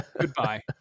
goodbye